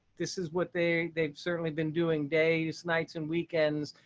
this is what they they've certainly been doing days nights and weekends,